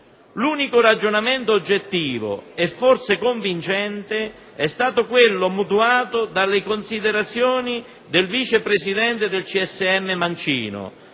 L'unico ragionamento oggettivo, e forse convincente, è stato quello mutuato dalle considerazioni del vice presidente del Consiglio